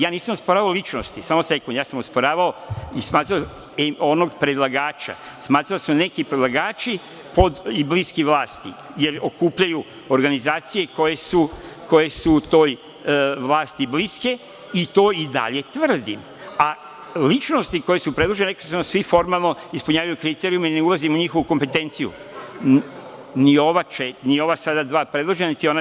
Ja nisam osporavao ličnosti, samo sekund, ja sam osporavao i smatrao onog predlagača, smatrao da su neki predlagači pod i bliski vlasti, jer okupljaju organizacije koje su toj vlasti bliske i to i dalje tvrdim, a ličnosti koje su predložene rekli smo da svi formalno ispunjavaju kriterijume i ne ulazim u njihovu kompetenciju, ni ova sada dva predložena, niti ona četiri.